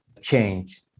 change